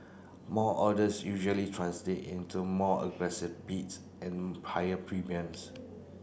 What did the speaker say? more orders usually translate into more aggressive bids and higher premiums